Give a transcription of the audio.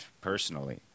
personally